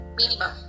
minimum